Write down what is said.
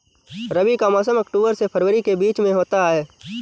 रबी का मौसम अक्टूबर से फरवरी के बीच में होता है